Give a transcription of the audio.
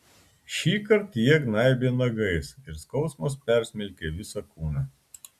šįkart jie gnaibė nagais ir skausmas persmelkė visą kūną